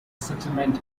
settlement